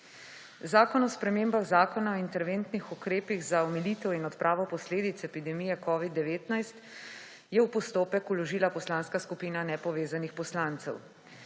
Zakon o spremembah Zakona o interventnih ukrepih za omilitev in odpravo posledic epidemije covida-19 je v postopek vložila Poslanska skupina nepovezanih poslancev.